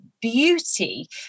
beauty